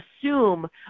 assume